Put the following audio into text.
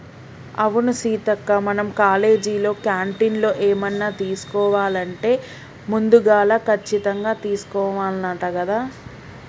అవును సీతక్క మనం కాలేజీలో క్యాంటీన్లో ఏమన్నా తీసుకోవాలంటే ముందుగాల కచ్చితంగా తీసుకోవాల్నంట కదా